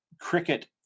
cricket